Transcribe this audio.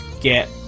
get